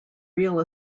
real